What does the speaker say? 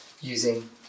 using